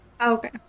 Okay